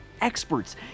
experts